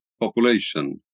population